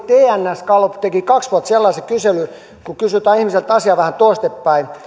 tns gallup teki kaksi vuotta sitten sellaisen kyselyn kun kysytään ihmisiltä asiaa vähän toistepäin